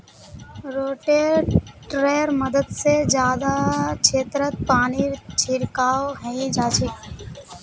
रोटेटरैर मदद से जादा क्षेत्रत पानीर छिड़काव हैंय जाच्छे